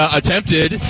attempted